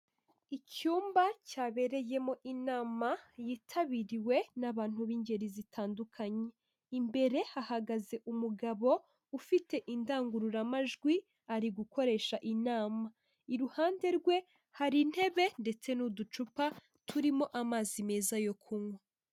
Icyumba cyabereyemo inama yitabiriwe n'abantu b'ingeri zitandukanye, imbere hahagaze umugabo ufite indangururamajwi ari gukoresha inama, iruhande rwe hari intebe ndetse n'uducupa turimo amazi meza yo kunywa.